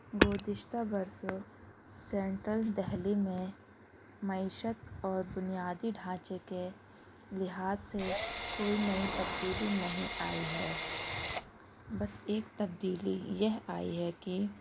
گذشتہ برسوں سینٹرل دہلی میں معیشت اور بنیادی ڈھانچے کے لحاظ سے کوئی نئی تبدیلی نہیں آئی ہے بس ایک تبدیلی یہ آئی ہے کہ